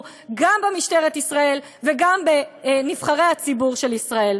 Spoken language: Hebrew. גם במשטרת ישראל וגם בנבחרי הציבור של ישראל.